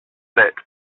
light